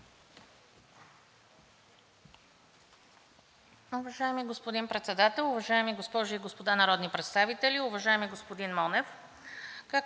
Уважаеми господин Председател, уважаеми госпожи и господа народни представители, уважаеми господин Монев!